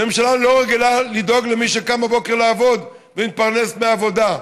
הממשלה לא רגילה לדאוג למי שקם בבוקר לעבוד ומתפרנס מעבודה.